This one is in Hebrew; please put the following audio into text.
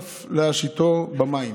וי"א אף להשיטו במים".